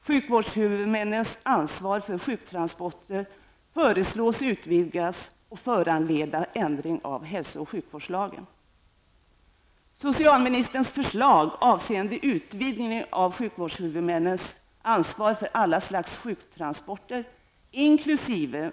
Sjukvårdshuvudmännens ansvar för sjuktransporter föreslås utvidgas och föranleda ändring av hälso och sjukvårdslagen. Socialministerns förslag avseende utvidgning av sjukvårdshuvudmännens ansvar för alla slags sjuktransporter inkl.